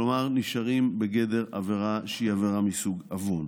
כלומר נשארים בגדר עבירה שהיא עבירה מסוג עוון.